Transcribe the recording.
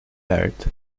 varied